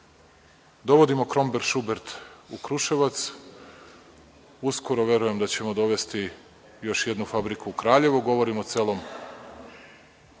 učinimo. Dovodimo „Kromberg i Šubert“ u Kruševac. Uskoro verujem da ćemo dovesti još jednu fabriku u Kraljevo. Govorim o celom